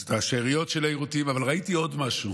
את השאריות של היירוטים, אבל ראיתי עוד משהו